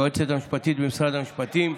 יועצת משפטית במשרד המשפטים,